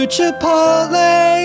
Chipotle